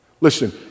Listen